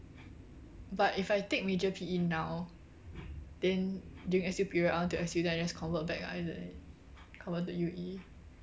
but if I take major P_E now then during S_U period I want to S_U then I just convert back ah isn't it convert to U_E